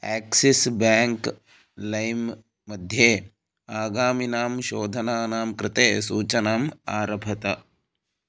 Axis bank लैम् मध्ये आगामिनां शोधनानां कृते सूचनाम् आरभत